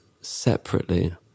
separately